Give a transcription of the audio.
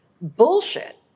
bullshit